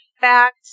fact